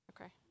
Okay